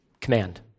Command